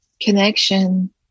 connection